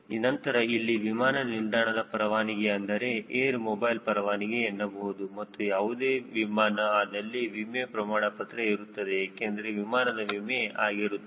ನಂತರ ಇಲ್ಲಿ ವಿಮಾನ ನಿಲ್ದಾಣದ ಪರವಾನಿಗಿ ಅಂದರೆ ಎರ್ ಮೊಬೈಲ್ ಪರವಾನಿಗೆ ಎನ್ನಬಹುದು ಮತ್ತು ಯಾವುದೇ ವಿಮಾನ ಆದಲ್ಲಿ ವಿಮೆ ಪ್ರಮಾಣ ಪತ್ರ ಇರುತ್ತದೆ ಏಕೆಂದರೆ ವಿಮಾನದ ವಿಮೆ ಆಗಿರುತ್ತದೆ